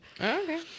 Okay